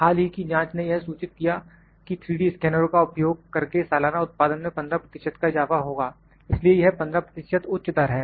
हाल ही की जांच ने यह सूचित किया कि 3D स्कैनरों का उपयोग करके सालाना उत्पादन में 15 प्रतिशत का इज़ाफा होगा इसलिए यह 15 प्रतिशत उच्च दर है